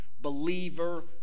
believer